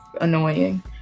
annoying